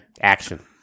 Action